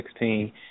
2016